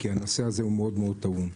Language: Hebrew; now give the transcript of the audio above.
כי הוא מאוד מאוד טעון.